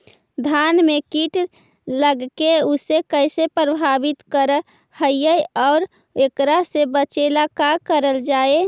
धान में कीट लगके उसे कैसे प्रभावित कर हई और एकरा से बचेला का करल जाए?